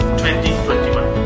2021